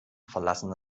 verlassen